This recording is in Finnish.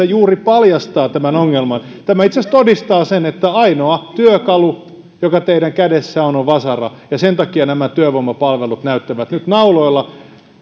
juuri paljastaa tämän ongelman tämä itse asiassa todistaa sen että ainoa työkalu joka teidän kädessänne on on vasara ja sen takia nämä työvoimapalvelut näyttävät nyt nauloilta